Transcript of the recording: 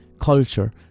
culture